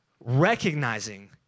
recognizing